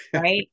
right